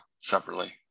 separately